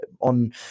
on